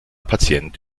patient